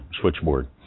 switchboard